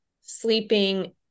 sleeping